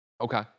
Okay